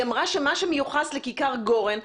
היא אמרה שמה שמיוחס לכיכר גורן,